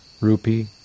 rupee